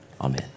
Amen